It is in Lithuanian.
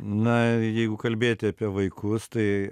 na jeigu kalbėti apie vaikus tai